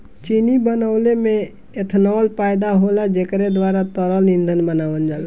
चीनी बनवले में एथनाल पैदा होला जेकरे द्वारा तरल ईंधन बनावल जाला